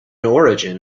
origin